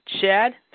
Chad